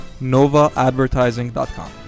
NovaAdvertising.com